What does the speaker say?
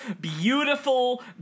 beautiful